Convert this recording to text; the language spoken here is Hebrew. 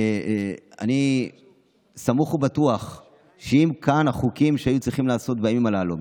אני סמוך ובטוח שאם החוקים שהיו צריכים לעשות בימים הללו,